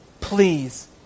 Please